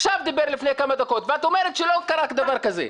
דיבר לפני כמה דקות ואת אומרת שלא קרה דבר כזה.